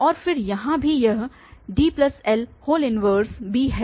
और फिर यहाँ भी यह DL 1b है